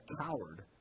coward